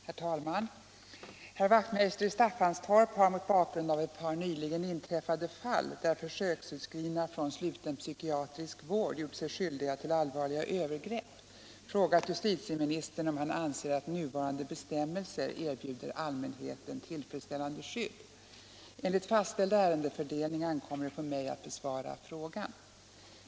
Herr talman! Herr Wachtmeister i Staffanstorp har mot bakgrund av ett par nyligen inträffade fall, där försöksutskrivna från sluten psykiatrisk vård gjort sig skyldiga till allvarliga övergrepp, frågat justitieministern om han anser att nuvarande bestämmelser erbjuder allmänheten tillfredsställande skydd. Enligt fastställd ärendefördelning ankommer det på mig att besvara frågan.